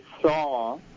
saw